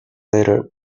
later